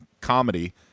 comedy